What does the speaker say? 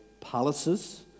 palaces